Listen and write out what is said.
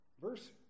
Verse